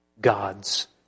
God's